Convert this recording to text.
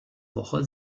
woche